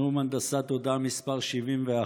זהו נאום הנדסת תודעה מס' 71,